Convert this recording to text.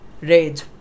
Rage